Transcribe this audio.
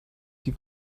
die